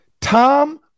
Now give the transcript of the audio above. Tom